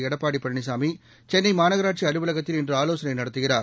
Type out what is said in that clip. எடப்பாடி பழனிசாமி சென்னை மாநகராட்சி அலுவலகத்தில் இன்று ஆலோசனை நடத்துகிறார்